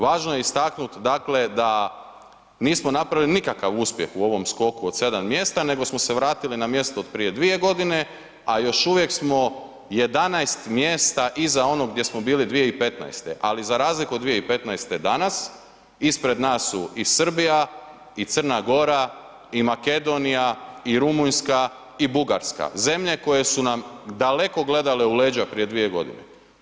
Važno je istaknuti da nismo napravili nikakav uspjeh u ovom skoku od sedam mjesta nego smo se vratili na mjesto od prije dvije godine, a još uvijek smo 11 mjesta iza onog gdje smo bili 2015., ali za razliku od 2015. i danas ispred nas su i Srbija i Crna Gora i Makedonija i Rumunjska i Bugarska, zemlje koje su nam daleko gledale u leđa prije dvije godine.